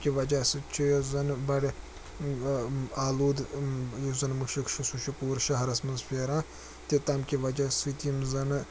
تَمہِ کہِ وجہ سۭتۍ چھُ یُس زَن بَڈٕ آلوٗد یُس زَن مُشک چھُ سُہ چھُ پوٗرٕ شَہرَس منٛز پھیران تہٕ تَمہِ کہِ وجہ سۭتۍ یِم زَنہٕ